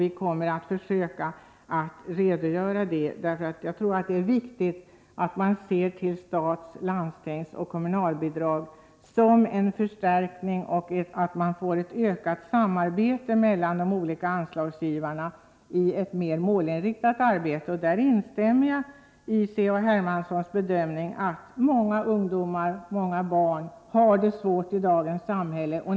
Vi kommer att försöka beskriva utvecklingen på dessa områden, och jag tror att det är viktigt att man betraktar de statliga, de landstingskommunala och de kommunala bidragen som en förstärkning av verksamheten. På detta område behövs ett ökat samarbete mellan de olika anslagsgivarna för ett mer målinriktat arbete. På denna punkt instämmer jag i C.-H. Hermanssons bedömning att många barn och ungdomar har det svårt i dagens samhälle.